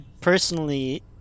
personally